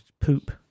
Poop